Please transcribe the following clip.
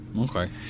Okay